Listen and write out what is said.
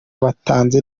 batanze